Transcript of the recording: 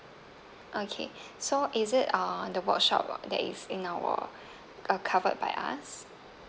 okay so is it uh the workshop that is in our uh covered by us